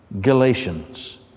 Galatians